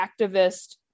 activist